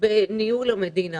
בניהול המדינה.